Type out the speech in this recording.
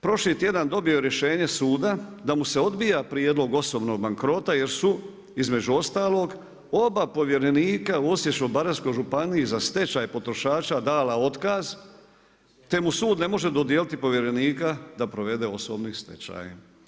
Prošli tjedan dobio je rješenje suda da mu se odbija prijedlog osobnog bankrota, jer su između ostalog oba povjerenika u Osječkoj baranjskoj županiji za stečaj potrošača dala otkaz, te mu sud ne može dodijeliti povjerenika da provede osobni stečaj.